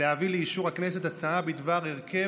להביא לאישור הכנסת הצעה בדבר הרכב